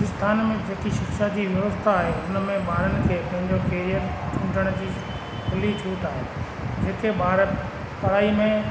राजस्थान में जेकी शिक्षा जी व्यवस्था आहे हुन में ॿारनि खे पंहिंजो कैरियर ढूंढण जी खुली छूट आहे जिते ॿार पढ़ाई में